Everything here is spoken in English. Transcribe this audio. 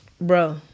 bro